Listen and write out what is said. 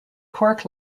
cork